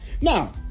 Now